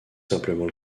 simplement